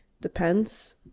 Depends